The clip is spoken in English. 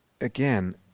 Again